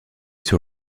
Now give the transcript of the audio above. sur